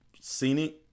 scenic